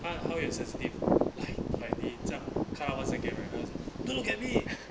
他好眼 sensitive like like 你这样看到 one second right 儿子 don't look at me